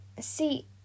see